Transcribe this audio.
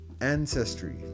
ancestry